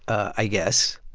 i guess.